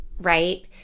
right